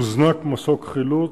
הוזנק מסוק חילוץ,